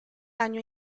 año